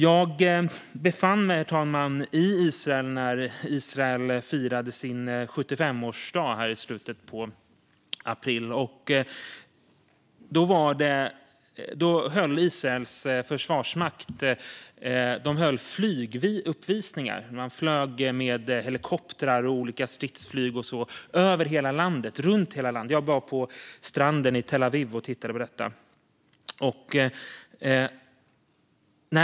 Jag befann mig i Israel när Israel firade sin 75-årsdag i slutet av april. Då höll Israels försvarsmakt flyguppvisningar med helikoptrar och stridsflyg som flög över hela landet. Jag var på stranden i Tel Aviv och tittade på detta.